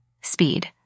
Speed